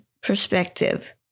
perspective